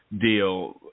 deal